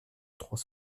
trois